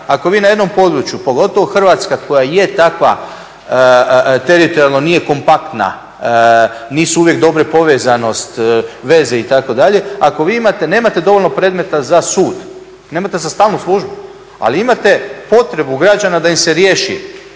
Ako vi na jednom području, pogotovo Hrvatska koja je takva, teritorijalno nije kompaktna, nisu uvijek dobre povezanosti, veze, itd., ako vi imate, nemate dovoljno predmeta za sud, nemate za stalnu službu, ali imate potrebu građana da im se riješi